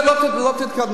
באר-שבע זה פריפריה.